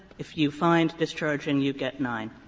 if you find discharging, you get nine.